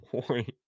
point